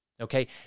Okay